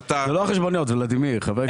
זה לא החשבוניות ולדימיר חבר הכנסת.